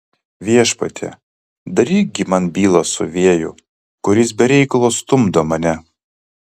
viešpatie daryk gi man bylą su vėju kuris be reikalo stumdo mane